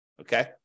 okay